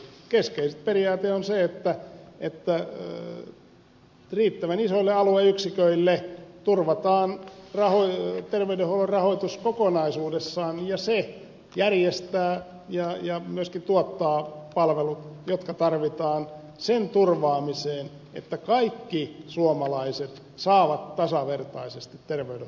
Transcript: keskeisin periaate on se että riittävän isoille alueyksiköille turvataan terveydenhuollon rahoitus kokonaisuudessaan ja ne järjestävät ja myöskin tuottavat palvelut jotka tarvitaan sen turvaamiseen että kaikki suomalaiset saavat tasavertaisesti terveydenhuollon palveluja